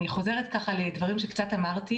חוזרת לדברים שאמרתי,